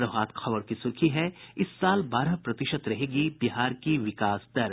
प्रभात खबर की सुर्खी है इस साल बारह प्रतिशत रहेगी बिहार की विकास दर